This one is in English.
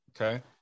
Okay